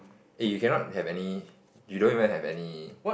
eh you cannot have any you don't even have any